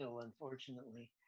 unfortunately